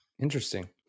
Interesting